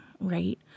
right